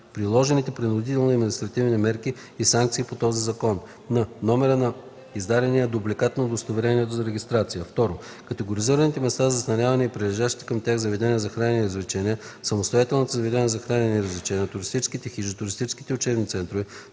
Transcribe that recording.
приложените принудителни административни мерки и санкции по този закон; н) номера на издадения дубликат на удостоверението за регистрация; 2. категоризираните места за настаняване и прилежащите към тях заведения за хранене и развлечения, самостоятелните заведения за хранене и развлечения, туристическите хижи, туристическите учебни центрове,